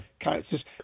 characters